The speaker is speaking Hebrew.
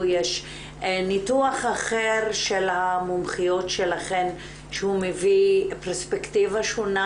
יש ניתוח אחר של המומחיות שלכם שמביא פרספקטיבה שונה